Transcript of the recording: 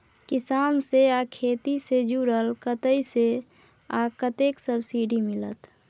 किसान से आ खेती से जुरल कतय से आ कतेक सबसिडी मिलत?